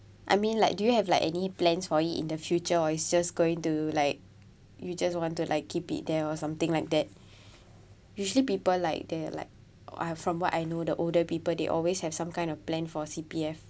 I mean like do you have like any plans for you in the future or is just going to like you just want to like keep it there or something like that usually people like they're like from what I know the older people they always have some kind of plan for C_P_F